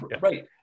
Right